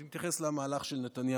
אבל אני מתייחס למהלך של נתניהו,